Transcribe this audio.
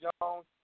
Jones